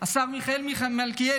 השר מיכאל מלכיאלי,